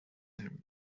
him